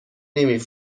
نمی